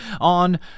on